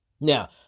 Now